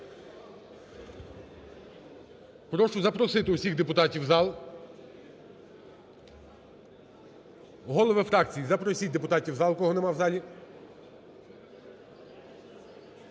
Прошу запросити усіх депутатів в зал. Голови фракцій, запросіть депутатів в зал, кого нема в залі.